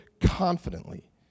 confidently